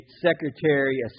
secretary